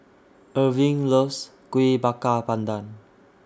Irving loves Kuih Bakar Pandan